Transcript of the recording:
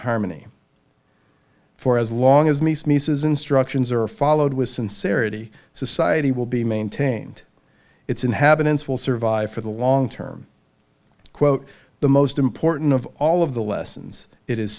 harmony for as long as me sneezes instructions are followed with sincerity society will be maintained its inhabitants will survive for the long term quote the most important of all of the lessons it is